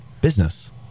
business